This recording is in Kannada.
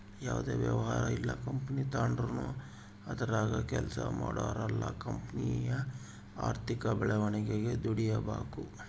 ಯಾವುದೇ ವ್ಯವಹಾರ ಇಲ್ಲ ಕಂಪನಿ ತಾಂಡ್ರು ಅದರಾಗ ಕೆಲ್ಸ ಮಾಡೋರೆಲ್ಲ ಕಂಪನಿಯ ಆರ್ಥಿಕ ಬೆಳವಣಿಗೆಗೆ ದುಡಿಬಕು